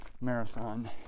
marathon